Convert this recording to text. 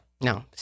No